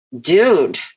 dude